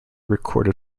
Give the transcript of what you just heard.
recorded